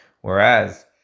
Whereas